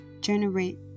generate